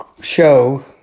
show